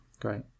Great